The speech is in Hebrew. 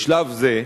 בשלב זה,